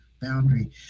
boundary